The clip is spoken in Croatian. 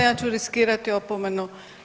Ja ću riskirati opomenu.